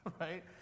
right